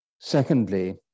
Secondly